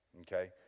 okay